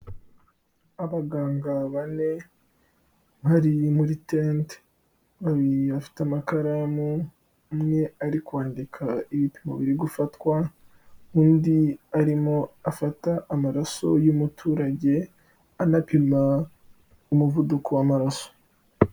Ubaganga bane bari muri tente, babiri bafite amakaramu, amwe ari kwandika ibipimo biri gufatwa, undi arimo afata amaraso y'umuturage, anapima umuvuduko w'amaraso.